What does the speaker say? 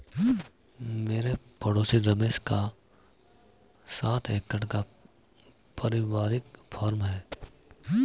मेरे पड़ोसी रमेश का सात एकड़ का परिवारिक फॉर्म है